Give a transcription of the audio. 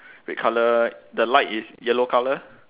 red colour the light is yellow colour